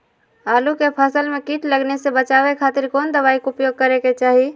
आलू के फसल में कीट लगने से बचावे खातिर कौन दवाई के उपयोग करे के चाही?